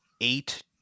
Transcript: eight